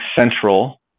central